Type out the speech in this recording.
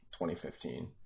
2015